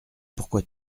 pourquoi